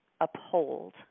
uphold